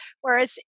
Whereas